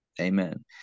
Amen